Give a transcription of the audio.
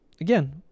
Again